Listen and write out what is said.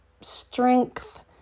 strength